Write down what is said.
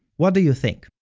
what do you think?